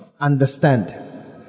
understand